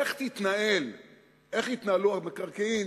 איך יתנהלו המקרקעין,